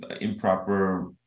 improper